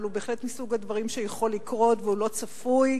אבל הוא בהחלט מסוג הדברים שיכולים לקרות והוא לא צפוי.